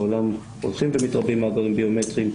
בעולם הולכים ומתרבים מאגרים ביומטריים,